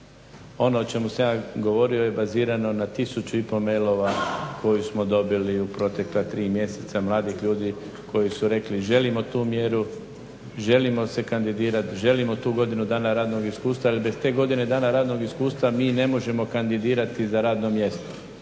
Ono o čemu sam ja govorio je bazirano na 1500 mailova koje smo dobili u protekla 3 mjeseca mladih ljudi koji su rekli želimo tu mjeru, želimo se kandidirat, želimo tu godinu dana radnog iskustva. Jer bez te godine dana radnog iskustva mi ne možemo kandidirati za radno mjesto